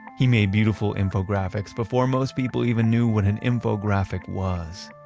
he made beautiful infographics before most people even knew what an infographic was.